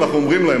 אנחנו אומרים להם,